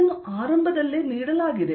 ಇದನ್ನು ಆರಂಭದಲ್ಲೇ ನೀಡಲಾಗಿದೆ